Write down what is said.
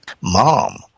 mom